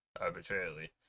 arbitrarily